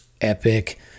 epic